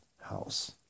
house